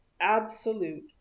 absolute